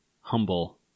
Humble